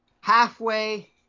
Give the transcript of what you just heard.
halfway